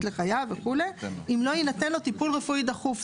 לחייו וכו' אם לא יינתן לו טיפול רפואי דחוף.